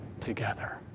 together